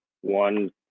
one